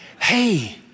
Hey